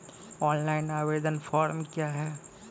Online आवेदन form क्या हैं?